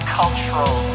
cultural